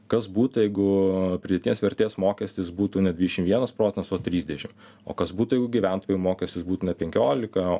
kas būtų jeigu pridėtinės vertės mokestis būtų ne dvidešim vienas procentas o trisdešim o kas būtų jeigu gyventojų mokestis būtų ne penkiolika